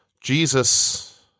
Jesus